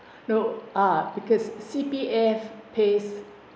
no ah because C_P_ F pays